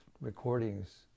recordings